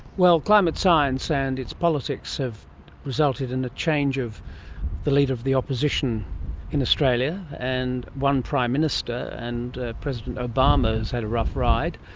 climate science and its politics have resulted in a change of the leader of the opposition in australia and one prime minister, and president obama has had a rough ride.